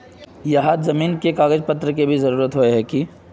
यहात जमीन के भी कागज पत्र की जरूरत होय है की?